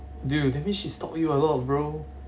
dude that means she stalk you a lot bro